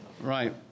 Right